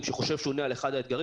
שהוא חושב שהוא עונה על אחד האתגרים,